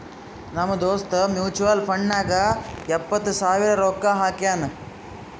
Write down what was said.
ನಮ್ ದೋಸ್ತ mutual fund ನಾಗ್ ಎಪ್ಪತ್ ಸಾವಿರ ರೊಕ್ಕಾ ಹಾಕ್ಯಾನ್